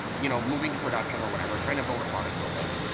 you know moving to production or whatever, trying to build a product with it,